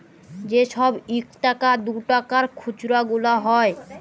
যে ছব ইকটাকা দুটাকার খুচরা গুলা হ্যয়